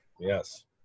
Yes